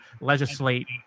legislate